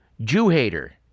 Jew-hater